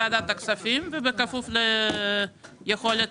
ובכפוף ליכולת